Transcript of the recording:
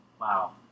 Wow